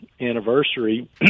anniversary